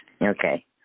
Okay